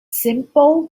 simple